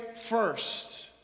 first